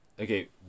okay